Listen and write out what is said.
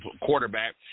quarterback